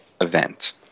event